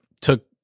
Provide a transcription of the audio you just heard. took